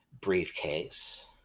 briefcase